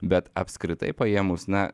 bet apskritai paėmus na